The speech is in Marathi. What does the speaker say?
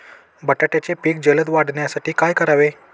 बटाट्याचे पीक जलद वाढवण्यासाठी काय करावे?